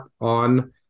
on